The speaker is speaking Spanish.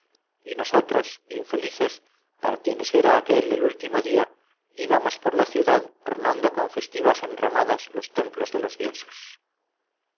y nosotros infelices para quienes era aquel el último día íbamos por la ciudad ornando con festivas enramadas los templos de los dioses